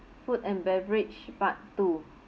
food and beverage part two